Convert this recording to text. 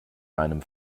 einem